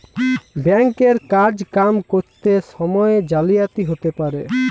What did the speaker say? bank এর কাজ কাম ক্যরত সময়ে জালিয়াতি হ্যতে পারে